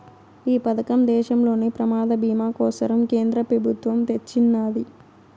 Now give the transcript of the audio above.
ఈ పదకం దేశంలోని ప్రమాద బీమా కోసరం కేంద్ర పెబుత్వమ్ తెచ్చిన్నాది